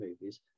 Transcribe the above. movies